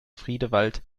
friedewald